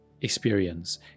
experience